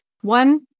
one